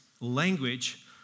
language